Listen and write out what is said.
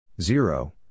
zero